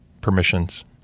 permissions